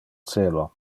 celo